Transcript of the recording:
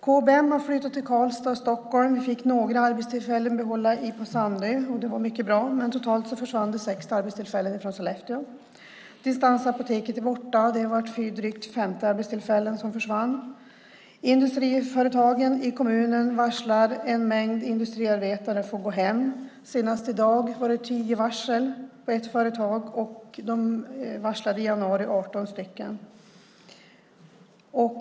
KBM har flyttat till Karlstad och Stockholm. Vi fick behålla några arbetstillfällen på Sandö, och det var mycket bra, men totalt sett försvann 60 arbetstillfällen från Sollefteå. Distansapoteket är borta, och det var drygt 50 arbetstillfällen som försvann i samband med det. Industriföretagen i kommunen varslar och en mängd industriarbetare får gå hem. Senast i dag var det tio varsel på ett företag, och de varslade i januari 18 personer.